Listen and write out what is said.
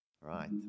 right